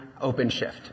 OpenShift